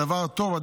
הדבר טוב,